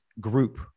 group